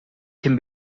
can